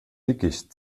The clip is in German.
dickicht